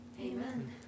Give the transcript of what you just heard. Amen